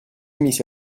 mise